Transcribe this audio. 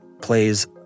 plays